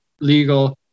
legal